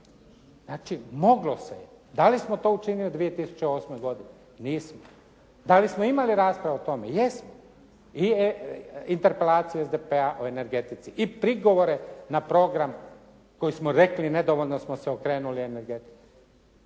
Znači moglo se je. Da li smo to učinili u 2008. godini? Da li smo imali rasprave o tome? Jesmo. I interpelacija SDP-a o energetici i prigovore na program koji smo rekli nedovoljno smo se okrenuli energetici.